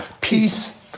Peace